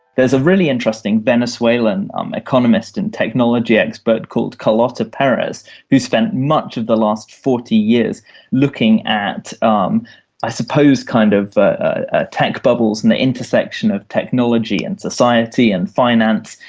there's a really interesting venezuelan um economist and technology expert called carlota perez who's spent much of the last forty years looking at um i suppose kind of ah tech bubbles and the intersection of technology and society and finance.